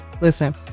listen